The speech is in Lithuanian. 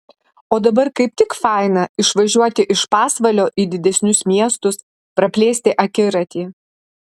o dabar kaip tik faina išvažiuoti iš pasvalio į didesnius miestus praplėsti akiratį